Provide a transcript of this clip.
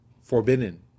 forbidden